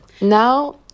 Now